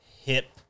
hip